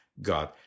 God